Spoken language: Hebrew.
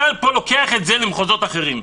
אתה פה לוקח את זה למחוזות אחרים.